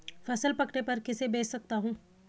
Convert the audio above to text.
फसल पकने पर किसे बेच सकता हूँ?